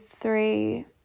three